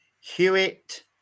Hewitt